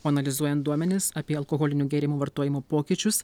o analizuojant duomenis apie alkoholinių gėrimų vartojimo pokyčius